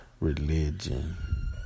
religion